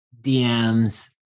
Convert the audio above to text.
DMs